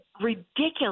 ridiculous